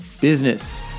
Business